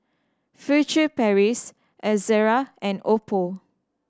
Furtere Paris Ezerra and oppo